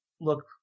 look